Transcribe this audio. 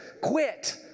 quit